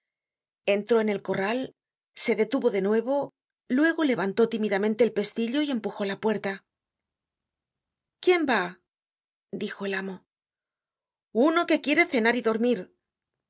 entró en el corral se detuvo de nuevo luego levantó tímidamente el pestillo y empujó la puerta quién vá dijo el amo uno que quiere cenar y dormir las